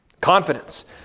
Confidence